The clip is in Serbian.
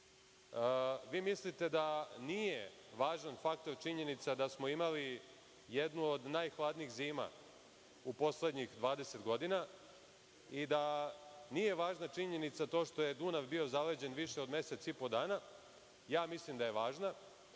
Vi mislite da nije važan faktor činjenica da smo imali jednu od najhladnijih zima u poslednjih 20 godina i da nije važna činjenica to što je Dunav bio zaleđen više od mesec i po dana? Mislim da je važna,